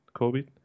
COVID